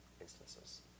instances